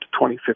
2015